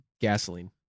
gasoline